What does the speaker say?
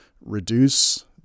reduce